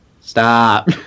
stop